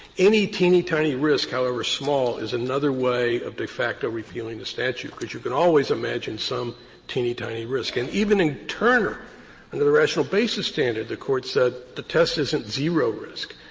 any teeny tiny risk, however small, is another way of de facto repealing the statute, because you can always imagine some teeny tiny risk. and even internally, under the rational basis standard, the court said the test isn't zero risk.